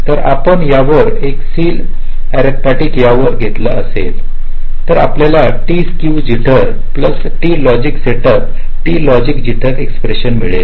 तर आपण यावर एक सिल अरीर्िमॅडटक यावर घेतलं असेल तर आपल्याला T skew jitter plus T logic setup plus T skew jitter expression मळेल